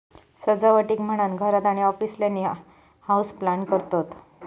सजावटीक म्हणान घरात आणि ऑफिसातल्यानी हाऊसप्लांट करतत